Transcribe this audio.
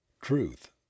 Truth